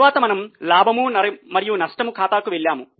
తరువాత మనము లాభం మరియు నష్టం ఖాతాకు వెళ్ళాము